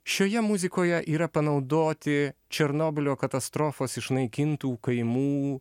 šioje muzikoje yra panaudoti černobylio katastrofos išnaikintų kaimų